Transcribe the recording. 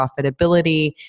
profitability